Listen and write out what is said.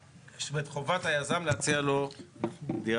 חובת היזם להציע לו דירה.